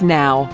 now